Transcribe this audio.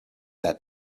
that